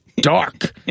dark